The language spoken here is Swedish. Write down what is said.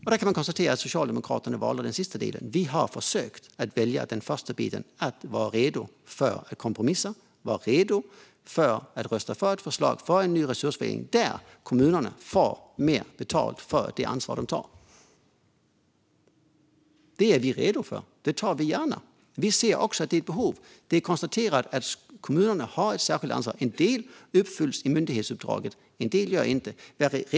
Man kan konstatera att Socialdemokraterna valde det senare. Vi har försökt att välja det första och varit redo att kompromissa och rösta för ett förslag om ny resursfördelning där kommunerna får mer betalt för det ansvar de tar. Detta är vi redo för. Vi ser det gärna. Vi ser också att det är ett behov. Det är konstaterat att kommunerna har ett särskilt ansvar. En del uppfylls i myndighetsuppdraget, men en del gör det inte.